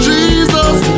Jesus